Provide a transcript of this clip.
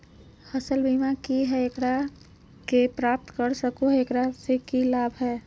फसल बीमा की है, एकरा के प्राप्त कर सको है, एकरा से की लाभ है?